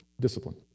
Discipline